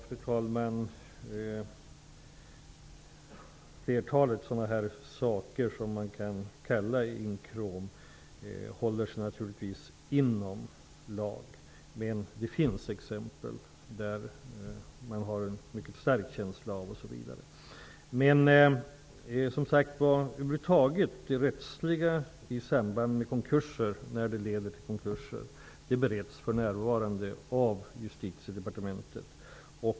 Fru talman! Flertalet sådana här försäljningar håller sig inom lagen, men det finns exempel där man har en mycket stark känsla av osv. De rättsliga aspekterna när sådana här affärer leder till konkurser bereds för närvarande i Justitiedepartementet.